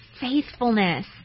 faithfulness